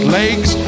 legs